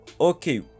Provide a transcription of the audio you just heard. okay